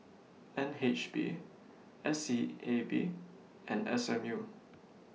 N H B S E A B and S M U